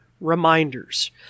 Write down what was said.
reminders